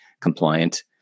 compliant